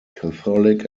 catholic